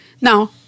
Now